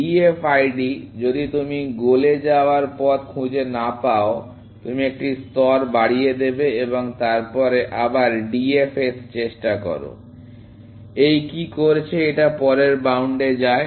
DFID যদি তুমি গোলে যাওয়ার পথ খুঁজে না পাও আপনি একটি স্তর বাড়িয়ে দেবেন এবং তারপরে আবার ডিএফএস চেষ্টা করো । এই কি করছে এটা পরের বাউন্ডএ যায়